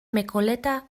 mekoleta